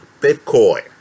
Bitcoin